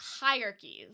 hierarchies